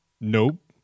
nope